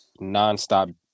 nonstop